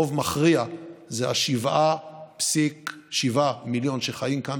רוב מכריע זה ה-7.7 מיליון שחיים כאן,